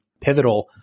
Pivotal